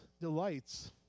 delights